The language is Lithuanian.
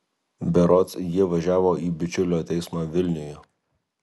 berods jie važiavo į bičiulio teismą vilniuje